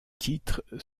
titre